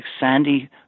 sandy